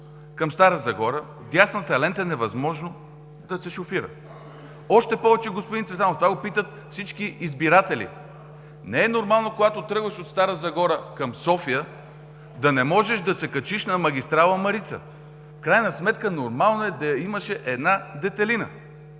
към Стара Загора, в дясната лента е невъзможно да се шофира. Още повече, господин Цветанов, това го питат всички избиратели, че не е нормално, когато тръгваш от Стара Загора към София да не можеш да се качиш на магистрала „Марица“. В крайна сметка нормално е да имаше една детелина.